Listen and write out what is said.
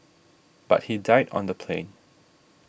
but he died on the plane